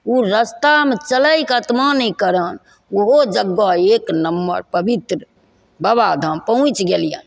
ओ रस्तामे चलैके आत्मा नहि करनि ओहो जगह एक नम्बर पवित्र बाबाधाम पहुँच गेलिअनि